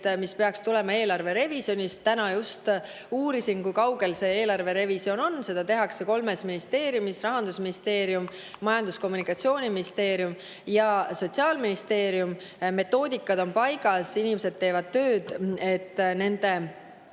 mis peaks tulema eelarve revisjonist. Just täna uurisin, kui kaugel see eelarve revisjon on. Seda tehakse kolmes ministeeriumis: Rahandusministeeriumis, Majandus- ja Kommunikatsiooniministeeriumis ja Sotsiaalministeeriumis. Metoodikad on paigas, inimesed teevad tööd, et nende